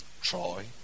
Troy